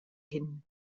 hin